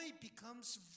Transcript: becomes